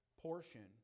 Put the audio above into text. portion